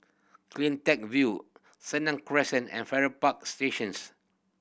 Cleantech View Senang Crescent and Farrer Park Stations